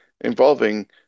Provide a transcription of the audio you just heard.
involving